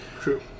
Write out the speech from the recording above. True